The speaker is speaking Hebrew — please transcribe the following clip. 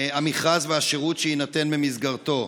המכרז והשירות שיינתן במסגרתו.